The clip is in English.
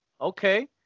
Okay